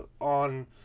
on